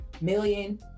million